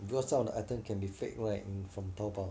because some of the items can be fake right from Taobao